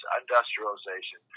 industrialization